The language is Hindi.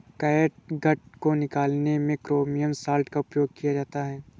कैटगट को निकालने में क्रोमियम सॉल्ट का प्रयोग किया जाता है